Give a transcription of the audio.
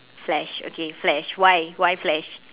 flash okay flash why why flash